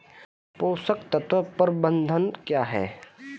पोषक तत्व प्रबंधन क्या है?